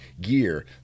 gear